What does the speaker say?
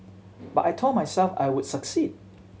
but I told myself I would succeed